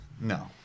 No